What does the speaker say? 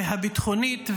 הביטחונית,